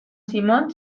simón